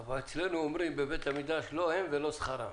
אבל אצלנו אומרים בבית המדרש: לא הם ולא שכרם.